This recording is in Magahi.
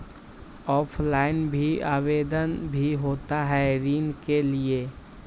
ऑफलाइन भी आवेदन भी होता है ऋण के लिए?